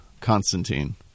Constantine